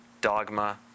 dogma